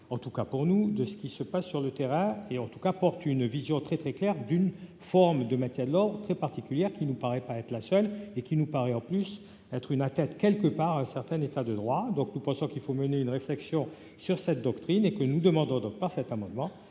en tout cas pour nous de ce qui se passe sur le terrain et en tout cas, porte une vision très très clair d'une forme de Mattel lors très particulière qui nous paraît pas être la seule et qui nous paraît en plus être une attaque quelque part un certain état de droit, donc nous pensons qu'il faut mener une réflexion sur cette doctrine et que nous demandons donc pas cet amendement